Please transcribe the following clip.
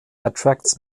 attracts